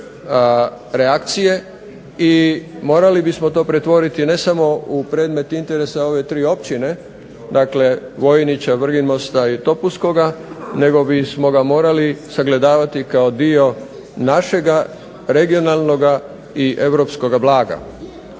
reakcije i morali bismo to pretvoriti ne samo u predmet interesa ove tri općine, dakle Vojnića, Vrgin Mosta i Topuskoga nego bismo ga morali sagledavati kao dio našega regionalnog i europskog blaga.